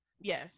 Yes